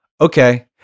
Okay